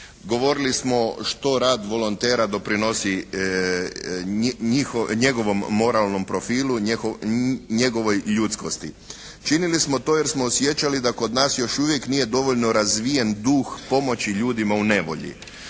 Govorili smo što rad volontera doprinosi njegovom moralnom profilu, njegovoj ljudskosti. Činili smo to jer smo osjećali da kod nas još uvijek nije dovoljno razvijen duh pomoći ljudima u nevolji.